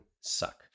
suck